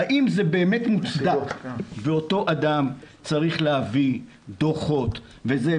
האם זה באמת מוצדק ואותו אדם צריך להביא דוחות וזה.